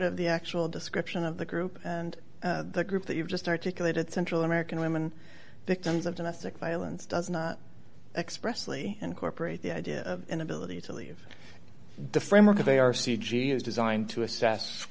of the actual description of the group and the group that you've just articulated central american women victims of domestic violence does not expressly incorporate the idea of an ability to leave the framework of a r c g is designed to assess